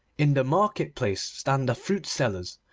in the market-place stand the fruitsellers,